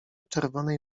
czerwonej